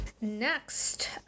next